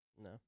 No